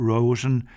Rosen